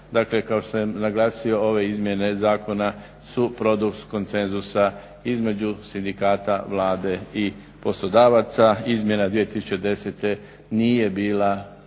Dakle kao što sam naglasio ove izmjene zakona su produkt konsenzusa između sindikate, Vlade i poslodavaca. Izmjena 2010.nije bila